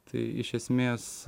tai iš esmės